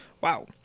Wow